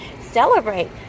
celebrate